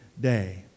day